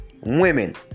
women